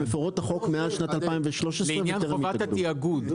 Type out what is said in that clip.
שמפרות את החוק מאז שנת 2013. לעניין חובת התיאגוד.